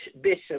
Bishop